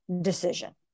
decision